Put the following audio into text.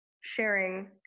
sharing